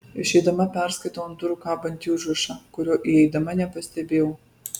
išeidama perskaitau ant durų kabantį užrašą kurio įeidama nepastebėjau